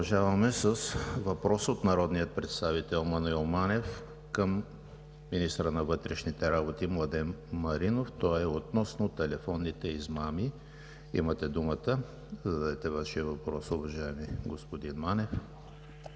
Продължаваме с въпрос от народния представител Маноил Манев към министъра на вътрешните работи Младен Маринов относно телефонните измами. Имате думата да зададете Вашия въпрос, уважаеми господин Манев.